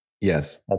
Yes